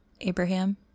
Abraham